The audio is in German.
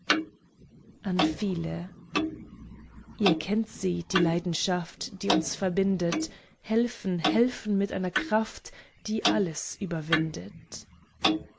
an viele ihr kennt sie die leidenschaft die uns verbindet helfen helfen mit einer kraft die alles überwindet